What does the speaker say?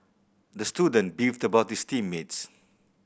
the student beefed about his team mates